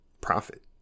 profit